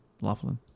Laughlin